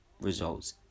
results